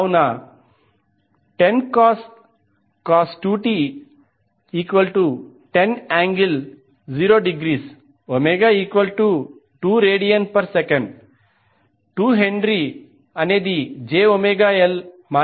కావున 10cos 2t ⇒10∠0°ω2rads 2HjωLj4 0